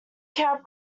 cab